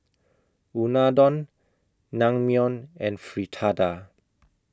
Unadon Naengmyeon and Fritada